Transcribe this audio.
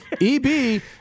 EB